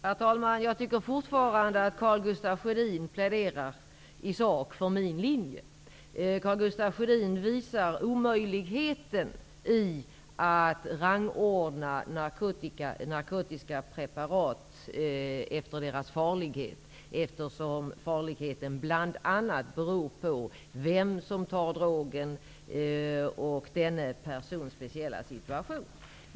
Herr talman! Jag tycker fortfarande att Karl Gustaf Sjödin i sak pläderar för min linje. Karl Gustaf Sjödin visar omöjligheten i att rangordna narkotiska preparat efter deras farlighet, eftersom farligheten bl.a. beror på vem som tar drogen och den personens speciella situation.